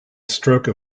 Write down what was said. stroke